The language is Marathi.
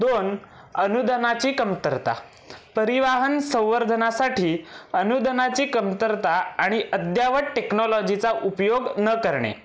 दोन अनुदानाची कमतरता परिवाहन संवर्धनासाठी अनुदानाची कमतरता आणि अद्ययावत टेक्नॉलॉजीचा उपयोग न करणे